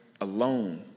alone